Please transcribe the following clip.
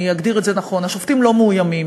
אני אגדיר את זה נכון: השופטים לא מאוימים,